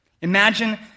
Imagine